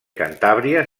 cantàbria